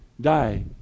Die